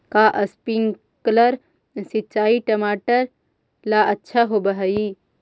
का स्प्रिंकलर सिंचाई टमाटर ला अच्छा होव हई?